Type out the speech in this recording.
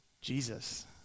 Jesus